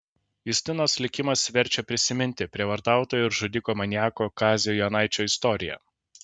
justinos likimas verčia prisiminti prievartautojo ir žudiko maniako kazio jonaičio istoriją